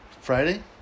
Friday